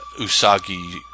Usagi